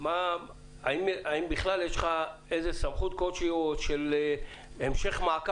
האם יש לך סמכות כלשהי של המשך מעקב?